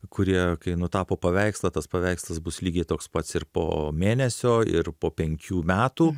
kurie kai nutapo paveikslą tas paveikslas bus lygiai toks pats ir po mėnesio ir po penkių metų